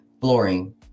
flooring